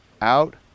out